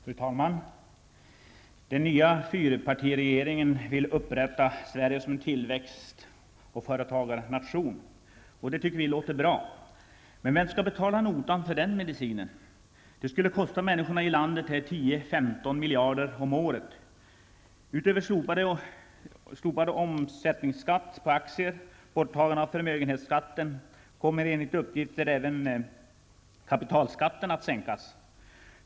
Fru talman! Den nya fyrpartiregeringen vill återupprätta Sverige som tillväxt och företagarnation. Det tycker vi låter bra, men vem skall betala notan för den medicinen. Det skulle kosta människorna här i landet 10--15 miljarder kronor om året. Utöver slopande av omsättningsskatt på aktier och borttagande av förmögenhetsskatten, kommer, enligt uppgift, även kapitalskatten att sänkas.